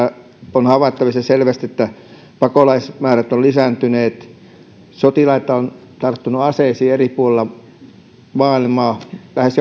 on havaittavissa selvästi että pakolaismäärät ovat lisääntyneet sotilaita on tarttunut aseisiin eri puolilla maailmaa lähes